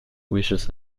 wishes